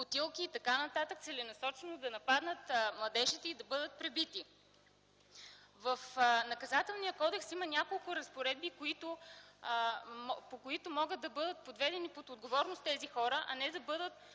бутилки и т.н., целенасочено да нападнат младежите и последните да бъдат пребити. В Наказателния кодекс има няколко разпоредби, по които могат да бъдат подведени под отговорност тези хора, а не техните